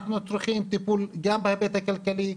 אנחנו צריכים טיפול גם בהיבט הכלכלי,